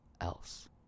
else